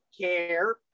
care